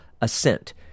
assent